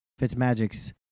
Fitzmagic's